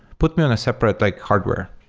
put me on a separate like hardware.